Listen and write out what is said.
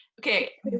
Okay